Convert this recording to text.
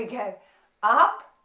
we go up,